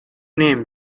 named